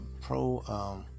pro